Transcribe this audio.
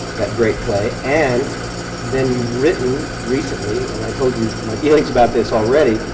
that great play, and then you've written recently, and i told you my feelings about this already,